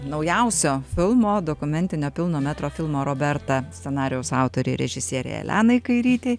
naujausio filmo dokumentinio pilno metro filmo roberta scenarijaus autorei režisierei elenai kairytei